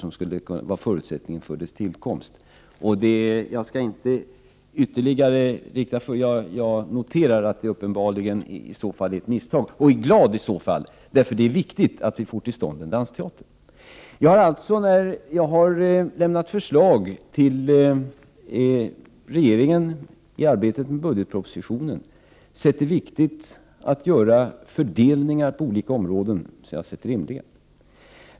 Detta engagemang var förutsättningen för dess tillkomst. Jag noterar att det uppenbarligen är ett misstag, och det är jag glad över. Det är nämligen viktigt att vi får till stånd en dansteater. Jag har alltså, när jag lämnat förslag till regeringen i arbetet med budgetpropositionen ansett det viktigt att göra sådana fördelningar på olika områden som jag funnit rimliga.